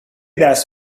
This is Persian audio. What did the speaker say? درس